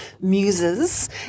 muses